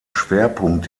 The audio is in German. schwerpunkt